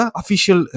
official